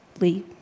Lee